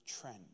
trend